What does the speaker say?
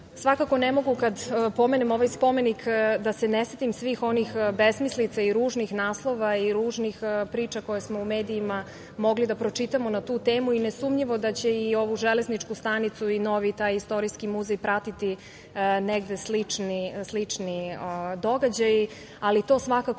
svakako ne mogu kada pomenem ovaj spomenik da se ne setim svih onih besmislica i ružnih naslova i ružnih priča koje smo u medijima mogli da pročitamo na tu temu. Ne sumnjivo da će i ovu železničku stanicu i novi taj istorijski muzej pratiti negde slični događaji, ali to svakako